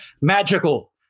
magical